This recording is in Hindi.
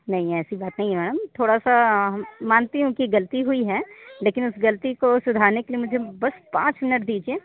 नहीं ऐसी बात नहीं है मैडम थोड़ा सा मानती हूँ कि गलती हुई है लेकिन उस गलती को सुधरने के लिए मुझे बस पाँच मिनिट दीजिए